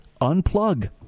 unplug